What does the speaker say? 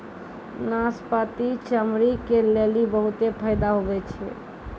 नाशपती चमड़ी के लेली बहुते फैदा हुवै छै